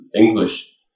English